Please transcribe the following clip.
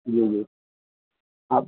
جی جی آپ